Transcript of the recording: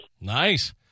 Nice